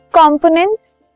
components